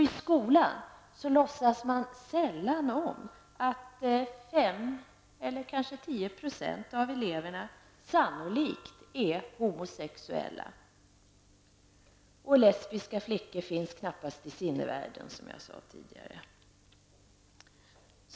I skolan låtsas man sällan om att 5--10 % av eleverna sannolikt är homosexuella, och lesbiska flickor finns knappast i sinnevärlden, som jag sade tidigare.